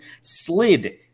slid